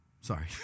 sorry